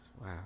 Wow